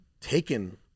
taken